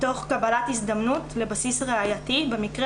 תוך קבלת הזדמנות לבסיס ראייתי במקרה